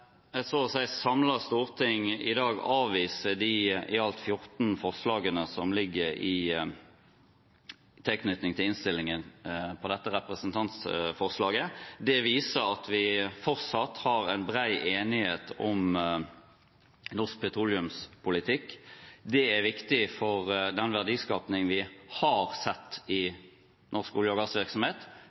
Jeg er glad for at et så å si samlet storting i dag avviser de i alt 14 forslagene som ligger i tilknytning til innstillingen om dette representantforslaget. Det viser at vi fortsatt har en bred enighet om norsk petroleumspolitikk, og det er viktig for den verdiskapningen vi har sett i norsk olje- og gassvirksomhet: